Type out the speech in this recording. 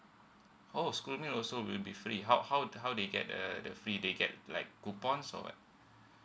oh school meal also will be free how how how they get the the free they get like coupons or what